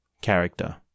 character